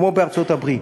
כמו בארצות-הברית.